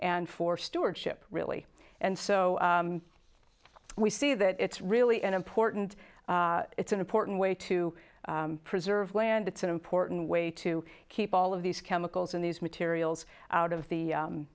and for stewardship really and so we see that it's really an important it's an important way to preserve land it's an important way to keep all of these chemicals and these materials out of the